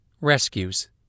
Rescues